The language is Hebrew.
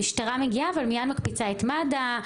המשטרה מגיעה אבל מייד מקפיצה את מד"א,